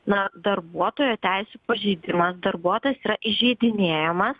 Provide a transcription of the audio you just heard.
na darbuotojo teisių pažeidimas darbuotojas yra įžeidinėjamas